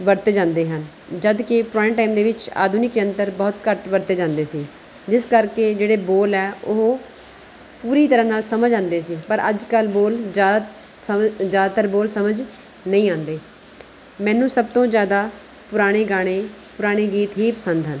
ਵਰਤੇ ਜਾਂਦੇ ਹਨ ਜਦ ਕਿ ਪੁਰਾਣੇ ਟਾਈਮ ਦੇ ਵਿੱਚ ਆਧੁਨਿਕ ਯੰਤਰ ਬਹੁਤ ਘੱਟ ਵਰਤੇ ਜਾਂਦੇ ਸੀ ਜਿਸ ਕਰਕੇ ਜਿਹੜੇ ਬੋਲ਼ ਹੈ ਉਹ ਪੂਰੀ ਤਰ੍ਹਾਂ ਨਾਲ ਸਮਝ ਆਉਂਦੇ ਸੀ ਪਰ ਅੱਜ ਕੱਲ੍ਹ ਬੋਲ਼ ਜ਼ਿਆਦਾ ਸਮਝ ਜ਼ਿਆਦਾਤਰ ਬੋਲ ਸਮਝ ਨਹੀਂ ਆਉਂਦੇ ਮੈਨੂੰ ਸਭ ਤੋਂ ਜ਼ਿਆਦਾ ਪੁਰਾਣੇ ਗਾਣੇ ਪੁਰਾਣੇ ਗੀਤ ਹੀ ਪਸੰਦ ਹਨ